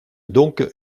donc